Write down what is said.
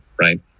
right